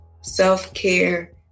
self-care